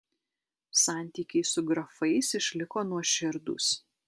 santykiai su grafais išliko nuoširdūs